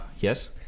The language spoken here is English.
Yes